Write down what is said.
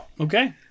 Okay